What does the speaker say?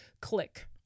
click